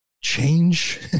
change